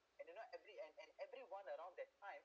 and are not every and everyone around that time